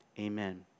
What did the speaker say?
Amen